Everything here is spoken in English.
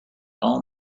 all